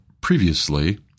previously